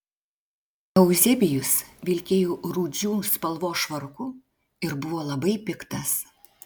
euzebijus vilkėjo rūdžių spalvos švarku ir buvo labai piktas